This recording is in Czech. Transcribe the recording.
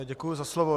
Děkuji za slovo.